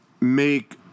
Make